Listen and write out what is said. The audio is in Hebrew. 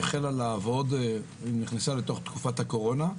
היא החלה לעבוד ונכנסה לתוך תקופת הקורונה.